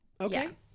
Okay